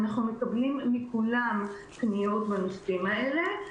אנחנו מקבלים מכולם פניות בנושאים האלה.